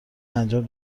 انجام